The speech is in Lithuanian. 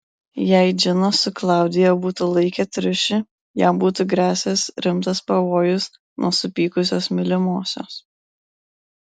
jei džinas su klaudija būtų laikę triušį jam būtų grėsęs rimtas pavojus nuo supykusios mylimosios